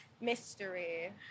Mystery